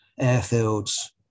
airfields